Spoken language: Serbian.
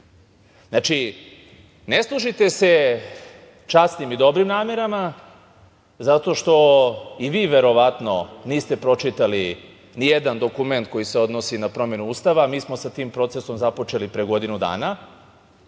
Znači, ne služite se časnim i dobrim namerama zato što i vi verovatno niste pročitali nijedan dokument koji se odnosi na promenu Ustava. Mi smo sa tim procesom započeli pre godinu dana.